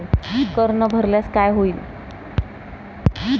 कर न भरल्यास काय होईल?